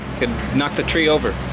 could knock the tree over